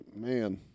man